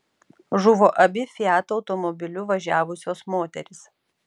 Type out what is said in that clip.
žuvo abi fiat automobiliu važiavusios moterys